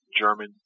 German